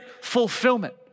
fulfillment